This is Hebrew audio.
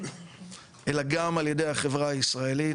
אלא גם על ידי החברה הישראלית,